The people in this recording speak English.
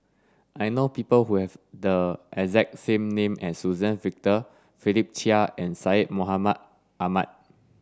I know people who have the exact same name as Suzann Victor Philip Chia and Syed Mohamed Ahmed